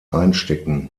einstecken